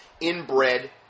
inbred